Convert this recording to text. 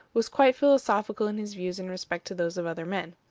was quite philosophical in his views in respect to those of other men.